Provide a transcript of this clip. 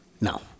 no